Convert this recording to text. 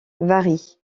varient